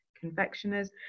confectioners